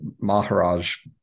Maharaj